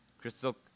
Crystal